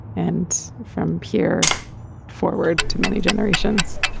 and from here forward to many generations.